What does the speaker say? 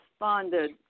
responded